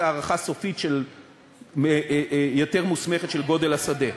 הערכה סופית יותר מוסמכת של גודל השדה.